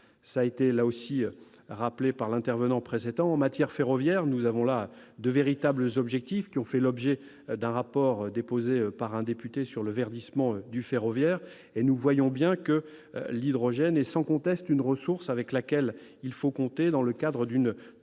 comme l'a rappelé l'intervenant précédent. En matière ferroviaire, nous avons là de véritables objectifs qui ont fait l'objet d'un rapport déposé par un député sur le verdissement du ferroviaire. Nous le voyons bien, l'hydrogène est, sans conteste, une ressource avec laquelle il faut compter dans le cadre d'une transition